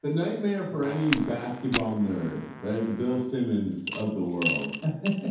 the nightmare for any basketball nerd, the the bill simmons of the world